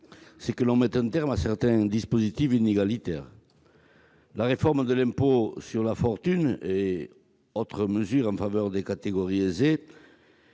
c'est de mettre un terme à certains dispositifs inégalitaires. La réforme de l'impôt de solidarité sur la fortune et autres mesures en faveur des catégories aisées